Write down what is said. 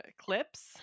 clips